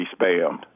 spammed